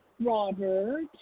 Robert